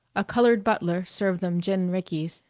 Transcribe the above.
a colored butler served them gin rickeys,